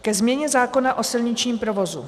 Ke změně zákona o silničním provozu.